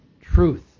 truth